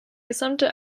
gesamte